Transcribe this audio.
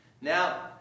Now